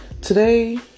Today